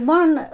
one